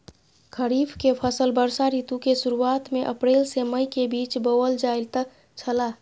खरीफ के फसल वर्षा ऋतु के शुरुआत में अप्रैल से मई के बीच बौअल जायत छला